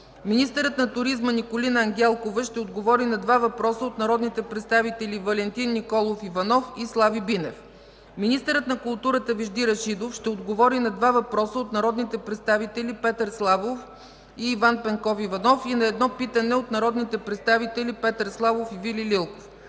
Министърът на туризма Николина Ангелкова ще отговори на два въпроса от народните представители Валентин Николов Иванов, и Слави Бинев. Министърът на културата Вежди Рашидов ще отговори на два въпроса от народните представители Петър Славов и Иван Пенков Иванов и на едно питане от народните представители Петър Славов и Вили Лилков.